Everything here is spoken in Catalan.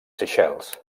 seychelles